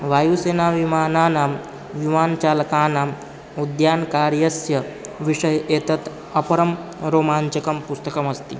वायुसेनाविमानानां विमान्चालकानाम् उद्यानकार्यस्य विषये एतत् अपरं रोमाञ्चकं पुस्तकमस्ति